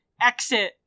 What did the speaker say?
exit